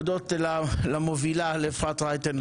הודות למובילה לאפרת רייטן,